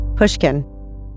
Pushkin